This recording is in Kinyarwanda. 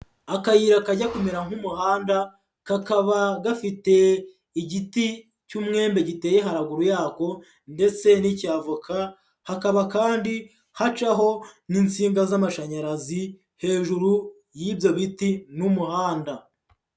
Akayira kajya kumera nk'umuhanda kakaba gafite igiti cy'umwembe giteye haruguru yako ndetse n'icya voka, hakaba kandi hacaho n'insinga z'amashanyarazi hejuru y'ibyo biti n'umuhanda.